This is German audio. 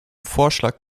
vorschlag